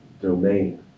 domain